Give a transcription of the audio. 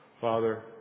Father